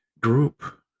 group